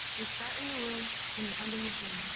you start in the womb and you end in the tomb.